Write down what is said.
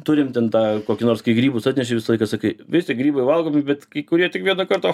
turim ten tą kokį nors kai grybus atneši visą laiką sakai visi grybai valgomi bet kai kurie tik vieną kartą